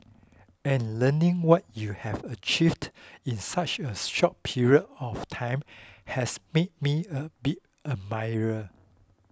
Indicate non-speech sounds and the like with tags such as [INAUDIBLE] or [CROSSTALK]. [NOISE] and learning what you have achieved in such a short period of time has made me a big admirer